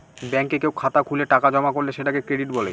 ব্যাঙ্কে কেউ খাতা খুলে টাকা জমা করলে সেটাকে ক্রেডিট বলে